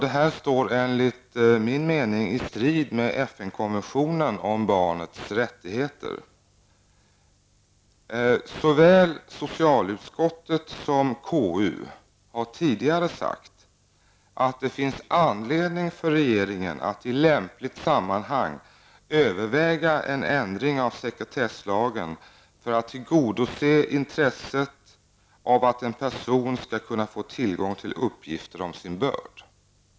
Enligt min mening står detta i strid med Såväl socialutskottet som konstitutionsutskottet har tidigare sagt att det finns anledning för regeringen att i lämpligt sammanhang överväga en ändring av sekretesslagen för att tillgodose intresset av att en person kan få tillgång till uppgifter om sin börd.